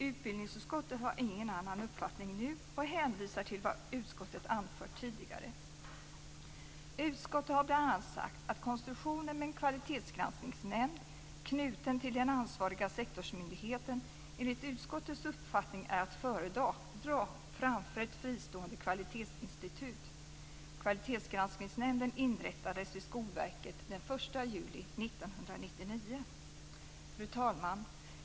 Utbildningsutskottet har ingen annan uppfattning nu och hänvisar till vad utskottet anfört tidigare. Utskottet har bl.a. sagt att konstruktionen med en kvalitetsgranskningsnämnd knuten till den ansvariga sektorsmyndigheten enligt utskottets uppfattning är att föredra framför ett fristående kvalitetsinstitut. Kvalitetsgranskningsnämnden inrättades vid Skolverket den 1 juli 1999. Fru talman!